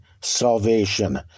salvation